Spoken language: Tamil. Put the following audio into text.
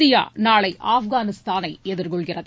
இந்தியா நாளை ஆப்கானிஸ்தானை எதிர்கொள்கிறது